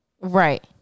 right